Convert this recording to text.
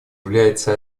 является